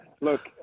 Look